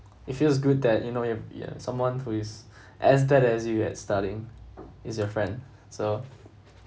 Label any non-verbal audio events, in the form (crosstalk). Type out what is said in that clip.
it feels good that you know you have someone who is (breath) as bad as you at studying is your friend so